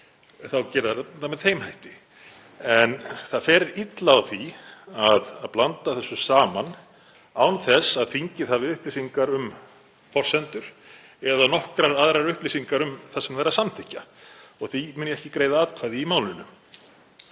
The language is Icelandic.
þeir það með þeim hætti. En það fer illa á því að blanda þessu saman án þess að þingið hafi upplýsingar um forsendur eða nokkrar aðrar upplýsingar um það sem það er að samþykkja og því mun ég ekki greiða atkvæði í málinu.